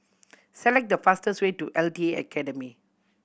select the fastest way to L T Academy